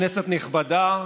כנסת נכבדה,